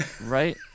Right